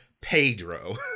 Pedro